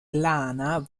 lana